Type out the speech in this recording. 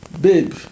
babe